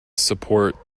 support